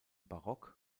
barock